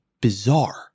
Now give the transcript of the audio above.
bizarre